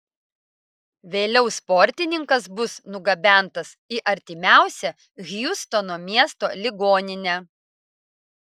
vėliau sportininkas bus nugabentas į artimiausią hjustono miesto ligoninę